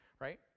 right